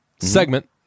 segment